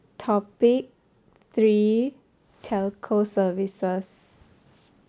topic three telco services